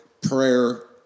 prayer